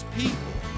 people